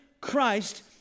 Christ